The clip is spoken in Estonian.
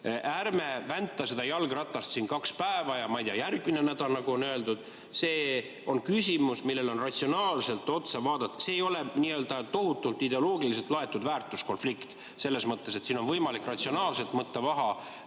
ärme väntame seda jalgratast siin kaks päeva ja, ma ei tea, järgmine nädal, nagu on räägitud. See on küsimus, millele saab ratsionaalselt otsa vaadata. See ei ole tohutult ideoloogiliselt laetud väärtuskonflikt, selles mõttes, et siin on võimalik ratsionaalselt võtta